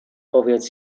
powiedz